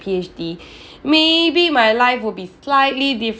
P_H_D maybe my life would be slightly